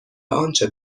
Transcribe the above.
آنچه